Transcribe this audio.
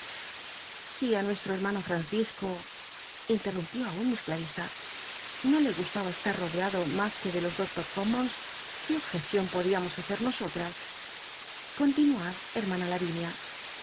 á nuestro hermano fr ancisco in tenumpió aun miss clarisa no le gustaba estar rodeado mas que de los doctor's commons qué objeccion podíamos hacer nosotras continuad hermana lavinia